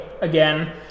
again